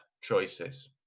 choices